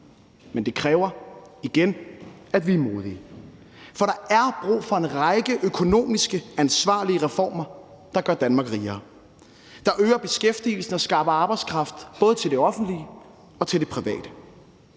men det kræver igen, at vi er modige. For der er brug for en række ansvarlige økonomiske reformer, der gør Danmark rigere, der øger beskæftigelsen og skaffer arbejdskraft både til det offentlige og til det private,